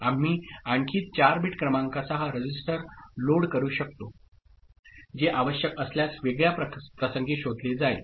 आम्ही आणखी 4 बिट क्रमांकासह रजिस्टर लोड करू शकतो जे आवश्यक असल्यास वेगळ्या प्रसंगी शोधले जाईल